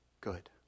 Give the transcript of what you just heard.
good